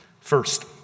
First